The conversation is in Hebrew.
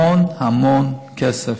המון המון כסף.